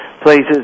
places